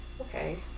Okay